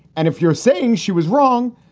and if you're saying she was wrong,